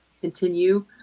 continue